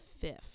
fifth